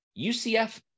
UCF